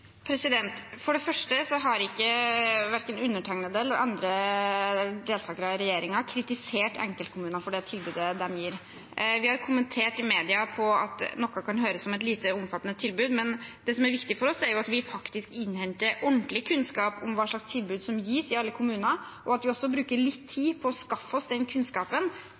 For det første har verken undertegnede eller andre deltakere i regjeringen kritisert enkeltkommuner for det tilbudet de gir. Vi har kommentert i media at noe kan høres ut som et lite omfattende tilbud, men det som er viktig for oss, er at vi faktisk innhenter ordentlig kunnskap om hva slags tilbud som gis i alle kommuner, og at vi også bruker litt tid på å skaffe oss den kunnskapen